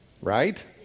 Right